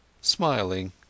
smiling